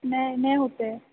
नहि नहि होतै